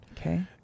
Okay